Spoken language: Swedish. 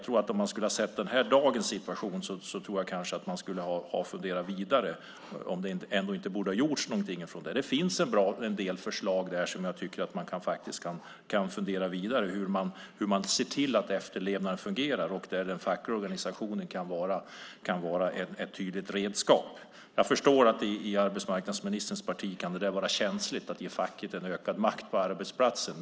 Om man hade sett dagens situation skulle man kanske ha funderat vidare på om det inte borde ha gjorts någonting i fråga om detta. Det finns en del förslag där som jag faktiskt tycker att man kan fundera vidare på i fråga om hur man ser till att efterlevnaden fungerar, och där den fackliga organisationen kan vara ett tydligt redskap. Jag förstår att det i arbetsmarknadsministerns parti kan vara känsligt att ge facket en ökad makt på arbetsplatser.